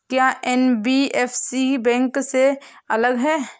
क्या NBFC bank से अलग है?